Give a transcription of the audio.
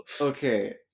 okay